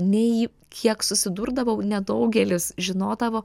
nei kiek susidurdavau nedaugelis žinodavo